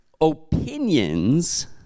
opinions